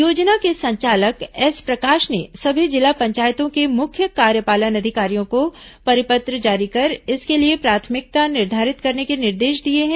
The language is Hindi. योजना के संचालक एस प्रकाश ने सभी जिला पंचायतों के मुख्य कार्यपालन अधिकारियों को परिपत्र जारी कर इसके लिए प्राथमिकता निर्धारित करने के निर्देश दिए हैं